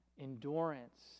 endurance